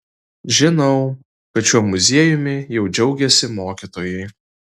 žinau kad šiuo muziejumi jau džiaugiasi mokytojai